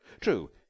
True